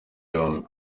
yombi